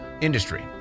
industry